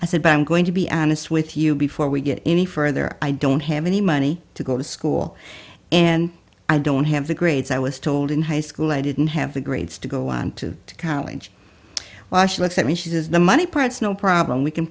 i said but i'm going to be honest with you before we get any further i don't have any money to go to school and i don't have the grades i was told in high school i didn't have the grades to go on to college well she looks at me she says the money part's no problem we can